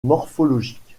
morphologique